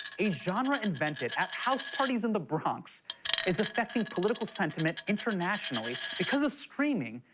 a genre invented at house parties in the bronx is affecting political sentiment internationally. because of streaming,